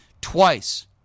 twice